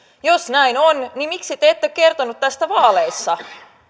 jos näin on niin miksi te ette kertonut tästä vaaleissa